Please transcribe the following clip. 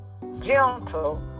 gentle